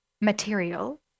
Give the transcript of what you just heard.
material